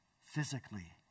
physically